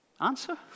answer